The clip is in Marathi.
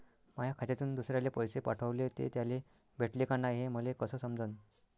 माया खात्यातून दुसऱ्याले पैसे पाठवले, ते त्याले भेटले का नाय हे मले कस समजन?